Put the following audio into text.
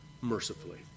mercifully